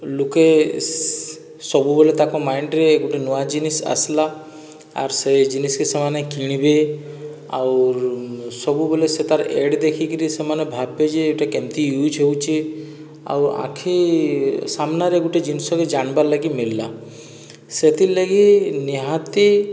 ଲୁକେ ସବୁବେଲେ ତାଙ୍କ ମାଇଣ୍ଡରେ ଗୋଟେ ନୂଆ ଜିନିଷ ଆସିଲା ଆର୍ ସେ ଜିନିଷ୍କେ ସେମାନେ କିଣିବେ ଆଉର୍ ସବୁବେଲେ ସେ ତାର୍ ଏଡ଼ ଦେଖିକିରି ସେମାନେ ଭାବିବେ ଯେ ଏହିଟା କେମିତି ଇୟୁଜ ହେଉଛେ ଆଉ ଆଖି ସାମ୍ନାରେ ଗୋଟିଏ ଜିନିଷକେ ଜାଣିବାର୍ଲାଗି ମିଳିଲା ସେଥିର୍ ଲାଗି ନିହାତି